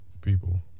people